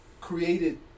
created